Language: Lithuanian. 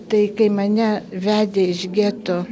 taip kaip mane vedė iš geto